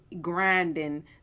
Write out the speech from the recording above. grinding